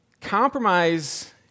Compromise